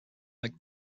like